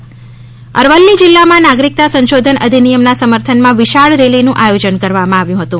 rally Aravalli જિલ્લામાં નાગરિકતા સંશોધન અધિનિયમના સમર્થનમાં વિશાળ રેલીનું આયોજન કરવામાં આવ્યું હતું